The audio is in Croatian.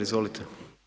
Izvolite.